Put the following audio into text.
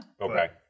Okay